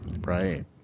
Right